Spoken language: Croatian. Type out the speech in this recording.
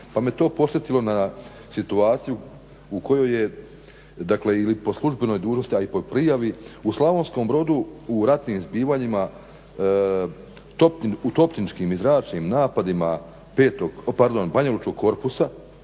Pa me to podsjetilo na situaciju u kojoj je, dakle i li po službenoj dužnosti, a i po prijavi u Slavonskom Brodu u ratnim zbivanjima u topničkim i zračnim napadima banjalučkog korpusa